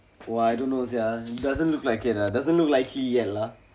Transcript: !wah! I don't know sia doesn't look like it doesn't look likely yet lah